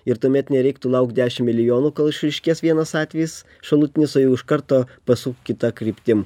ir tuomet nereiktų laukt dešim milijonų kol išryškės vienas atvejis šalutinis o jau iš karto pasukt kita kryptim